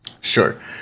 Sure